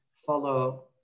follow